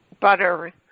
butter